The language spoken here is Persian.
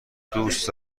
دوست